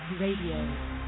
Radio